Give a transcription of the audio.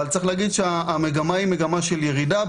אבל המגמה היא מגמה של ירידה,